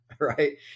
right